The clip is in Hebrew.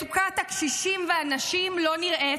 מצוקת הקשישים והנשים לא נראית,